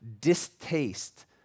distaste